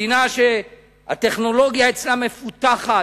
מדינה שהטכנולוגיה אצלה מפותחת,